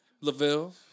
Lavelle